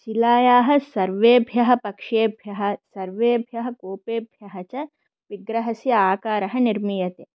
शिलायाः सर्वेभ्यः पक्षेभ्यः सर्वेभ्यः कोपेभ्यः च विग्रहस्य आकारः निर्मीयते